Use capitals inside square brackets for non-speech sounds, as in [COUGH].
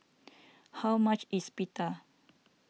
[NOISE] how much is Pita